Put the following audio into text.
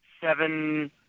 seven